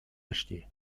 лешти